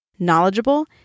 knowledgeable